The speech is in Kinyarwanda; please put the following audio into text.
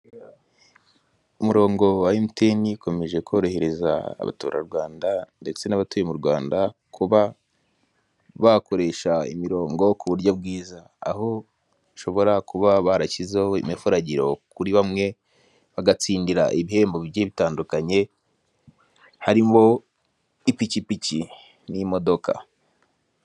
Umurongo wa emutiyeni (MTN) ukomeje korohereza abaturarwanda ndetse n'abatuye mu Rwanda kuba bakoresha imirongo ku buryo bwiza, aho bashobora kuba barashyizeho imifuragiro kuri bamwe bagatsindira ibihembo bitandukanye harimo ipikipiki n'imodoka.